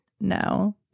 no